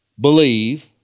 believe